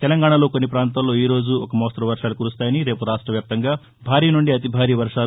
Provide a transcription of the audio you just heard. తెలంగాణలో కొన్ని పాంతాల్లో ఈ రోజు ఒక మోస్తరు వర్షాలు కురుస్తాయని రేపు రాష్ట వ్యాప్తంగా భారీ నుంచి అతి భారీ వర్వాలు